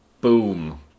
boom